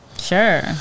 Sure